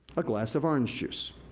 a glass of orange juice.